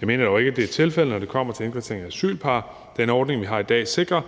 Det mener jeg dog ikke er tilfældet, når det kommer til indkvarteringen af asylpar. Den ordning, vi har i dag, sikrer,